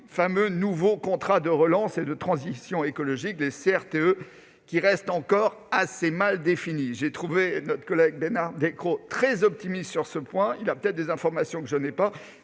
fameux nouveaux contrats de relance et de transition écologique, qui restent encore assez mal définis. J'ai d'ailleurs trouvé notre collègue Bernard Delcros très optimiste sur ce point. Il a peut-être des informations dont je ne dispose